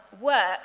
work